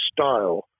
style